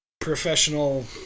professional